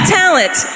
talent